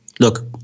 Look